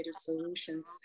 solutions